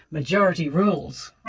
majority rules!